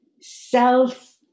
self